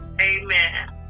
amen